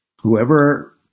whoever